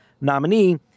nominee